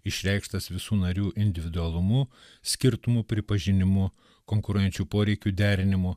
išreikštas visų narių individualumu skirtumų pripažinimu konkuruojančių poreikių derinimu